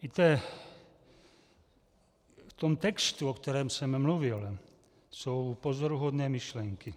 Víte, v tom textu, o kterém jsem mluvil, jsou pozoruhodné myšlenky.